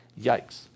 Yikes